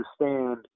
understand